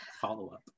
follow-up